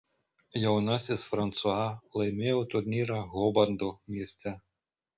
jaunasis fransua laimėjo turnyrą hobarto mieste